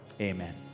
Amen